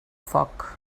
foc